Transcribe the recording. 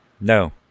No